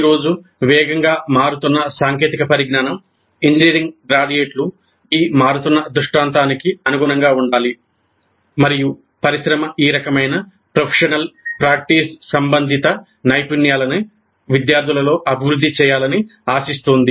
ఈ రోజు వేగంగా మారుతున్న సాంకేతిక పరిజ్ఞానం ఇంజనీరింగ్ గ్రాడ్యుయేట్లు ఈ మారుతున్న దృష్టాంతానికి అనుగుణంగా ఉండాలి మరియు పరిశ్రమ ఈ రకమైన ప్రొఫెషనల్ ప్రాక్టీస్ సంబంధిత నైపుణ్యాలను విద్యార్థులలో అభివృద్ధి చేయాలని ఆశిస్తోంది